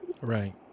Right